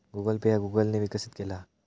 Google Pay ह्या Google ने विकसित केला हा